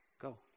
go